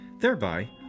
thereby